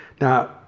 Now